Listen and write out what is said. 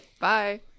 Bye